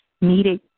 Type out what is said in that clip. meeting